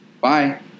Bye